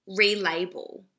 relabel